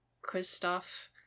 Christoph